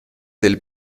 del